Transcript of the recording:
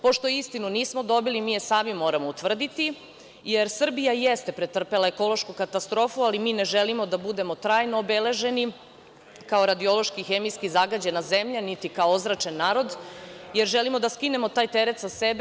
Pošto istinu nismo dobili, mi je sami moramo utvrditi, jer Srbija jeste pretrpela ekološku katastrofu ali mi ne želimo da budemo trajno obeleženi kao radiološki hemijski zagađena zemlja niti kao ozračen narod, jer želimo da skinemo taj teret sa sebe.